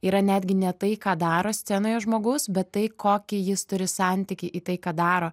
yra netgi ne tai ką daro scenoje žmogaus bet tai kokį jis turi santykį į tai ką daro